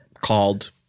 called